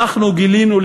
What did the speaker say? אנחנו גילינו,